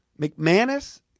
McManus